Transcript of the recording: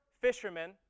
Fishermen